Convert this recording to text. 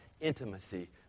intimacy